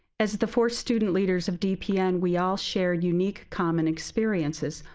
as the four student leaders of dpn, we all shared unique common experiences.